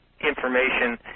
information